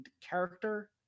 character